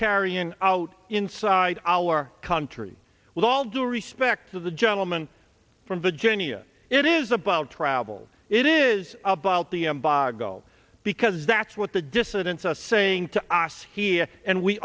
carrying out inside our country with all due respect to the gentleman from virginia it is about travel it is about the embargo because that's what the dissidents are saying to us here and we